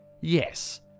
yes